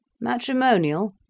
Matrimonial